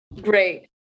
great